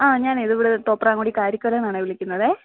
ആ ഞാൻ ഇത് ഇവിടുന്ന് തോപ്രാംകുടിയിൽ കാര്യക്കരയിൽ നിന്നാണ് വിളിക്കുന്നത്